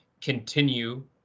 continue